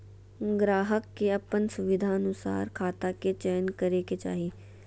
ग्राहक के अपन सुविधानुसार खाता के चयन करे के चाही